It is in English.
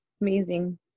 amazing